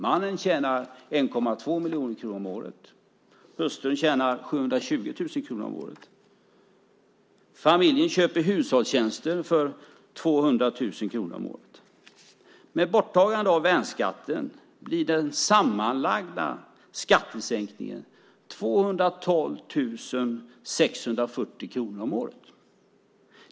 Mannen tjänar 1,2 miljoner kronor om året. Hustrun tjänar 720 000 kronor om året. Familjen köper hushållstjänster för 200 000 kronor om året. Med borttagandet av värnskatten blir den sammanlagda skattesänkningen 212 640 kronor om året.